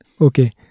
Okay